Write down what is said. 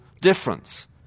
difference